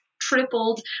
tripled